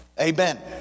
Amen